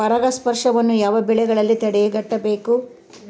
ಪರಾಗಸ್ಪರ್ಶವನ್ನು ಯಾವ ಬೆಳೆಗಳಲ್ಲಿ ತಡೆಗಟ್ಟಬೇಕು?